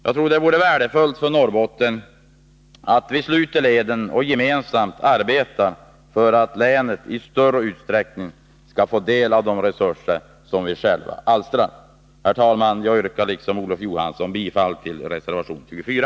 Jag tror det vore värdefullt för Norrbotten om vi slöt leden och gemensamt arbetade för att länet i större utsträckning skall få del av de resurser vi själva alstrar. Herr talman! Jag yrkar, liksom Olof Johansson, bifall till reservation 24.